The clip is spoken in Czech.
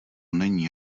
není